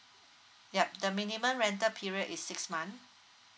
yup the minimum rental period is six month